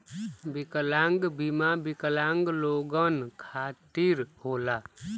विकलांग बीमा विकलांग लोगन खतिर होला